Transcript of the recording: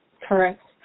correct